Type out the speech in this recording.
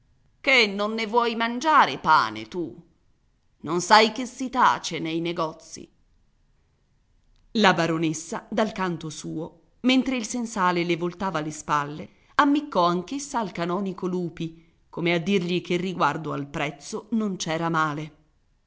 che non ne vuoi mangiare pane tu non sai che si tace nei negozi la baronessa dal canto suo mentre il sensale le voltava le spalle ammiccò anch'essa al canonico lupi come a dirgli che riguardo al prezzo non c'era male